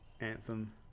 anthem